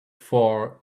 fore